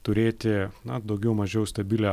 turėti daugiau mažiau stabilią